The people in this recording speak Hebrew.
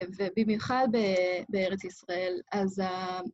ובמיוחד בארץ ישראל, אז...